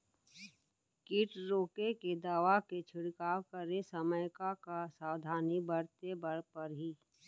किट रोके के दवा के छिड़काव करे समय, का का सावधानी बरते बर परही?